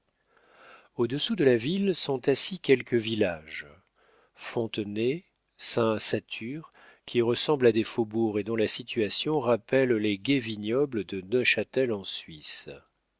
au-dessous de la ville sont assis quelques villages fontenay saint satur qui ressemblent à des faubourgs et dont la situation rappelle les gais vignobles de neufchâtel en suisse